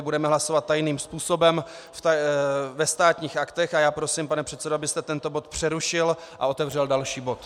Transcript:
Budeme hlasovat tajným způsobem ve Státních aktech a já prosím, pane předsedající, abyste tento bod přerušil a otevřel další bod.